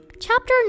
Chapter